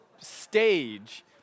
stage